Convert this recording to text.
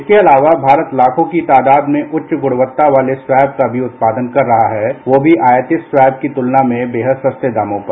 इसके अलावा भारत लाखों की तादाद में उच्च गुणवत्ता वाले स्वैप का भी उत्पादन कर रहा है वो भी आयतित स्वैप की तुलना में बेहद सस्ते दामों पर